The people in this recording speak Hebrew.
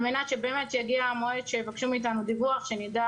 על מנת שבאמת כשיגיע המועד שיבקשו מאיתנו דיווח שנדע